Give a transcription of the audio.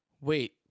Wait